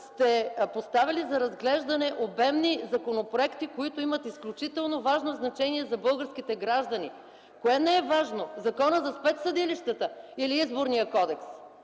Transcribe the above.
сте поставили за разглеждане обемни законопроекти, които имат изключително важно значение за българските граждани. Кое не е важно – Законът за спецсъдилищата или Изборният кодекс?